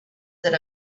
that